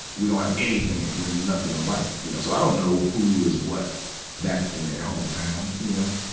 we don't have anything in, we're nothing alike, you know. so i don't know who is what back in their hometown, you know.